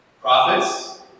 prophets